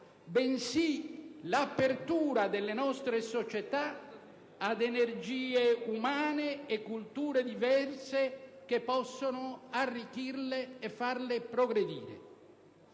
bensì l'apertura delle nostre società ad energie umane e culture diverse che possono arricchirle e farle progredire.